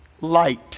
Light